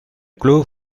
club